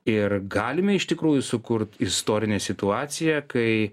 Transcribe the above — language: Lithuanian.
ir galime iš tikrųjų sukurt istorinę situaciją kai